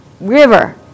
river